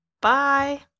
Bye